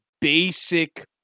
basic